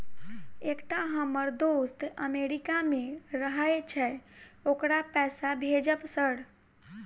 एकटा हम्मर दोस्त अमेरिका मे रहैय छै ओकरा पैसा भेजब सर?